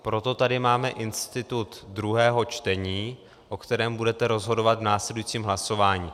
Proto tady máme institut druhého čtení, o kterém budete rozhodovat v následujícím hlasování.